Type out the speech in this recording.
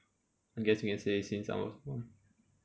I guess you can say since I was born